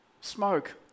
smoke